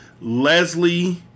Leslie